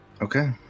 okay